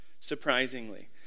surprisingly